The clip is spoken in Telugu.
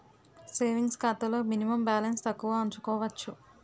సేవింగ్స్ ఖాతాలో మినిమం బాలన్స్ తక్కువ ఉంచుకోవచ్చు